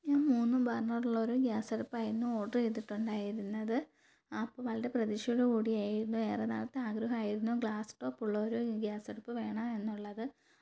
ഞാൻ മൂന്നു ബർണർ ഉള്ള ഒരു ഗ്യാസ് അടുപ്പായിരുന്നു ഓഡർ ചെയ്തിട്ടുണ്ടായിരുന്നത് അപ്പോൾ വളരെ പ്രതീക്ഷയോടുകൂടി ആയിരുന്നു ഏറെ നാളത്തെ ആഗ്രഹമായിരുന്നു ഗ്ലാസ് ടോപ്പ് ഉള്ള ഒരു ഗ്യാസ് അടുപ്പ് വേണം എന്നുള്ളത്